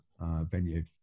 venue